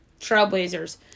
Trailblazers